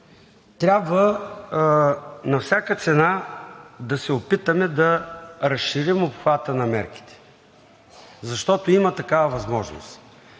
трябва на всяка цена да се опитаме да разширим обхвата на мерките, защото има такава възможност.